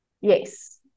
Yes